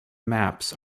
maps